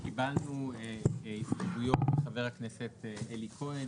קיבלנו הסתייגויות מחבר הכנסת אלי כהן,